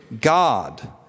God